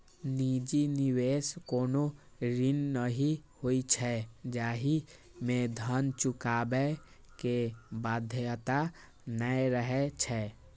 निजी निवेश कोनो ऋण नहि होइ छै, जाहि मे धन चुकाबै के बाध्यता नै रहै छै